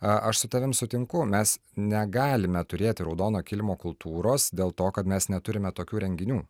aš su tavim sutinku mes negalime turėti raudono kilimo kultūros dėl to kad mes neturime tokių renginių